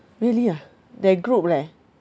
really ah that group leh